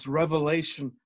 revelation